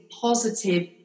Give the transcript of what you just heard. positive